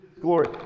Glory